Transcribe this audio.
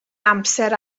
amser